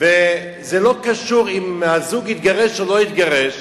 ולא קשור אם הזוג התגרש או לא התגרש,